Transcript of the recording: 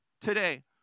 today